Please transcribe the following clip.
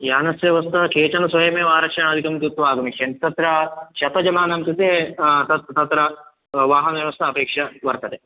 यानस्य व्यवस्था केचन स्वयमेव आरक्षणादिकं कृत्वा आगमिष्यन्ति तत्र शतं जनानां कृते तत् तत्र वाहनव्यवस्था अपेक्षा वर्तते